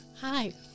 Hi